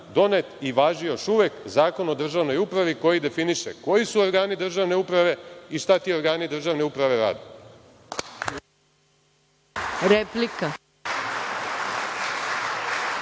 donet i važi još uvek Zakon o državnoj upravi koji definiše koji su organi državne uprave i šta ti organi državni uprave rade.